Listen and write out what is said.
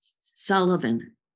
Sullivan